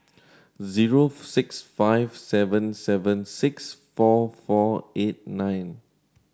zero six five seven seven six four four eight nine